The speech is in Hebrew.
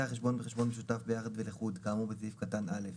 החשבון בחשבון משותף ביחד ולחוד כאמור בסעיף קטן (א)